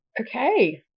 Okay